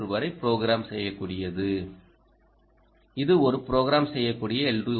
3 வரை புரோகிராம் செய்யக்கூடியது இது ஒரு புரோகிராம் செய்யக்கூடிய எல்